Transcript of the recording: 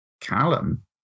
Callum